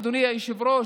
אדוני היושב-ראש,